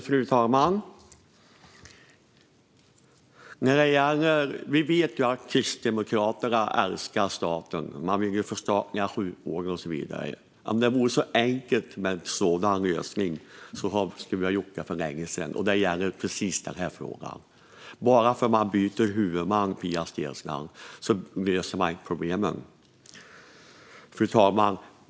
Fru talman! Vi vet att Kristdemokraterna älskar staten. Man vill förstatliga sjukvården och så vidare. Om det vore så enkelt med en sådan lösning skulle vi ha gjort det för länge sedan, och det gäller precis den här frågan. Bara för att man byter huvudman, Pia Steensland, löser man inte problemen. Fru talman!